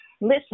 Listen